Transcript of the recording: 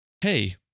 Hey